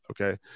okay